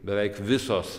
beveik visos